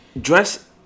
Dress